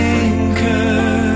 anchor